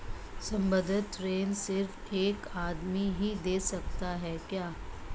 संबंद्ध ऋण सिर्फ एक आदमी ही दे सकता है क्या?